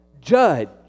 judge